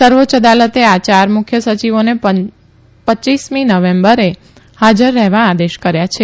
સર્વોચ્ય અદાલતે આ ચાર મુખ્ય સચિવોને રપમી નવેમ્બરે ફાજર થવા આદેશ કર્યા છે